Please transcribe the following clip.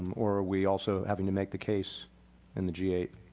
or are we also having to make the case in the g eight?